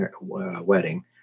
wedding